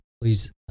please